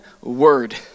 word